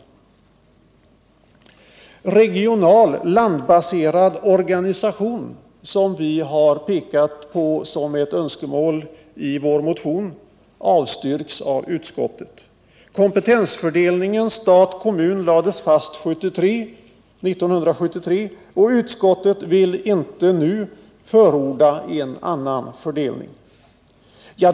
En regional landbaserad organisation, som vi i vår motion har pekat på som ett önskemål, avstyrks av utskottet. Kompetensfördelningen stat-kommun lades fast 1973, och utskottet vill inte nu förorda en annan fördelning.